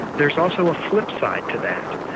there's also a flipside to that.